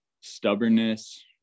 Stubbornness